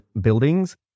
buildings